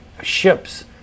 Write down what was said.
ships